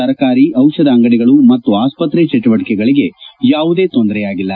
ತರಕಾರಿ ದಿಷಧ ಅಂಗಡಿಗಳು ಮತ್ತು ಆಸ್ತತ್ರೆ ಚಟುವಟಕೆಗಳಗೆ ಯಾವುದೇ ತೊಂದರೆ ಆಗಿಲ್ಲ